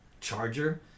charger